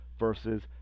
Versus